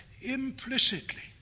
implicitly